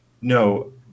No